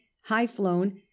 high-flown